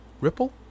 Ripple